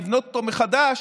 לבנות אותו מחדש,